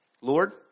Lord